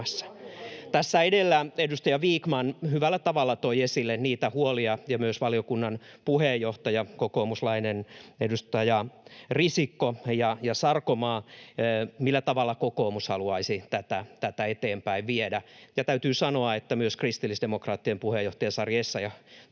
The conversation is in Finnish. Tässä edellä edustaja Vikman hyvällä tavalla toi esille niitä huolia, ja myös valiokunnan puheenjohtaja, kokoomuslainen edustaja Risikko ja Sarkomaa, millä tavalla kokoomus haluaisi tätä eteenpäinviedä, ja täytyy sanoa, että myös kristillisdemokraattien puheenjohtaja Sari Essayah toi